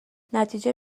نتیجه